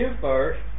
first